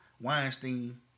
Weinstein